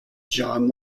john